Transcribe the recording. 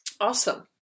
Awesome